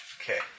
Okay